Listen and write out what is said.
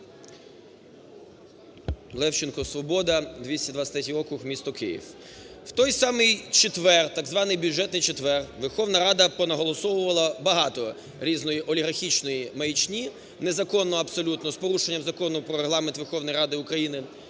Левченко, "Свобода", 223 округ, місто Київ. У той самий четвер, так званий бюджетний четвер, Верховна Рада понаголосовувала багато різної олігархічної маячні незаконно абсолютно з порушення Закону "Про Регламент Верховної Ради України",